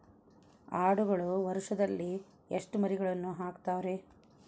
ಆಡುಗಳು ವರುಷದಲ್ಲಿ ಎಷ್ಟು ಮರಿಗಳನ್ನು ಹಾಕ್ತಾವ ರೇ?